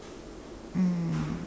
um